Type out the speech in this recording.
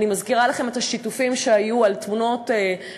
אני מזכירה לכם את השיתופים שהיו על תמונות פורנוגרפיות,